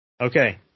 Okay